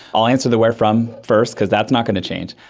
i'll answer the where from first because that's not going to change.